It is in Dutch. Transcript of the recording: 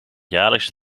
jaarlijks